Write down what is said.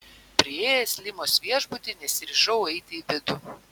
priėjęs limos viešbutį nesiryžau eiti į vidų